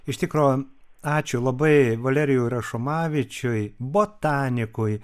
iš tikro ačiū labai valerijai rašomavičiui botanikui